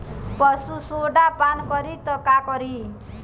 पशु सोडा पान करी त का करी?